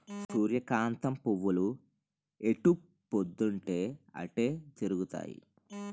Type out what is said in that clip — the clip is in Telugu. సూర్యకాంతం పువ్వులు ఎటుపోద్దున్తీ అటే తిరుగుతాయి